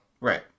Right